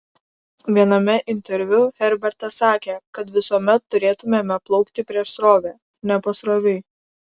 viename interviu herbertas sakė kad visuomet turėtumėme plaukti prieš srovę ne pasroviui